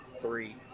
three